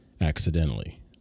accidentally